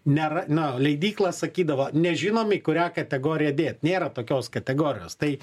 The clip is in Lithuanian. nėra na leidykla sakydavo nežinom į kurią kategoriją dėt nėra tokios kategorijos tai